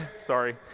sorry